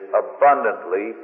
abundantly